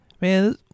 Man